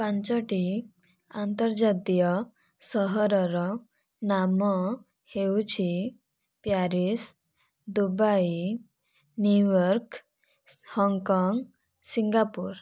ପାଞ୍ଚଟି ଆନ୍ତର୍ଜାତୀୟ ସହରର ନାମ ହେଉଛି Paris Dubai New York Hong Kong Singapore